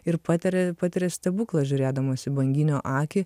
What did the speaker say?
ir patiria patiria stebuklą žiūrėdamas į banginio akį